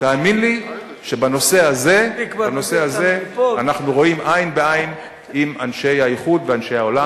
תאמין לי שבנושא הזה אנחנו רואים עין בעין עם אנשי האיחוד ואנשי העולם.